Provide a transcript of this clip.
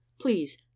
please